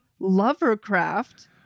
Lovercraft